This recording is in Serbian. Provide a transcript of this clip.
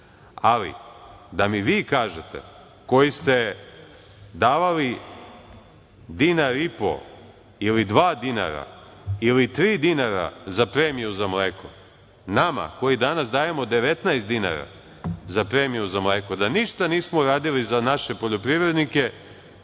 još. Ali, da mi vi kažete, koji ste davali dinar i po ili dva ili tri dinara za premiju za mleko, nama, koji danas dajemo 19 dinara za premiju za mleko, da ništa nismo uradili za naše poljoprivrednike,